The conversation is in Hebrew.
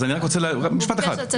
משפט אחד.